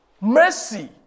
mercy